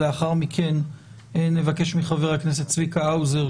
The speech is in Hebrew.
לאחר מכן נבקש מחבר הכנסת צביקה האזור,